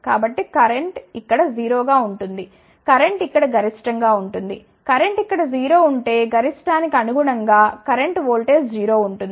కాబట్టి కరెంట్ ఇక్కడ 0 గా ఉంటుంది కరెంట్ ఇక్కడ గరిష్టంగా ఉంటుంది కరెంట్ ఇక్కడ 0 ఉంటే గరిష్టానికి అనుగుణంగా కరెంట్ ఓల్టేజ్ 0 ఉంటుంది